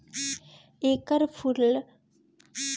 एकर फूल भारत में उत्तर पश्चिम हिमालय क्षेत्र अउरी कश्मीर में होला